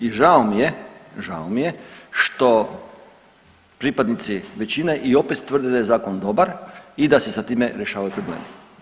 I žao mi je, žao mi je što pripadnici većine i opet tvrde da je zakon dobar i da se sa time rješavaju problemi.